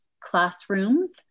classrooms